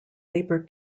labour